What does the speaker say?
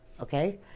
okay